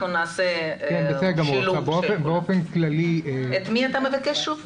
את מי אתה מבקש?